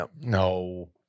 No